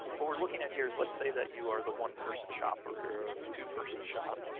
what we're looking at here is let's say that you are the one person shop or or a two person shop,